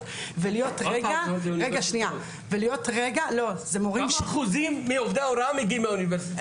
ולהיות רגע --- עוד פעם את אומרת לי אוניברסיטאות.